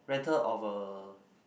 rental of a